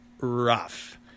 rough